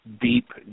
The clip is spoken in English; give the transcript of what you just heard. deep